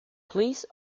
please